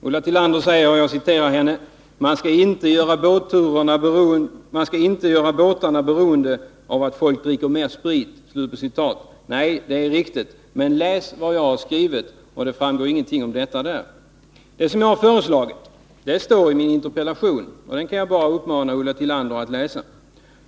Ulla Tillander säger: ”Man skall inte göra båtarna beroende av att folk dricker mera sprit.” Nej, det är riktigt. Men läs vad jag har skrivit. Där framgår ingenting om detta. Vad jag har föreslagit står i min interpellation, som jag uppmanar Ulla Tillander att läsa.